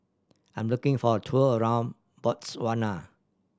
I am looking for a tour around Botswana